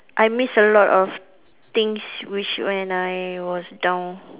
I miss a lot of things which when I was down